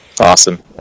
Awesome